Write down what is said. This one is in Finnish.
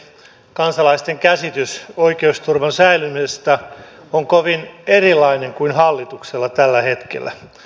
kansalaisten käsitys oikeusturvan säilymisestä on kovin erilainen kuin hallituksella tällä hetkellä